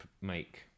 make